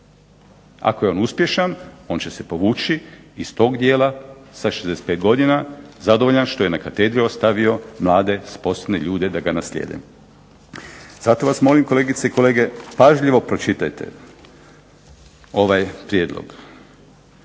Ako je on uspješan on će povući iz tog dijela sa 65 godina, zadovoljan što je na katedri ostavio mlade, sposobne ljude da ga naslijede. Zato vas molim kolegice i kolege pažljivo pročitajte ovaj prijedlog.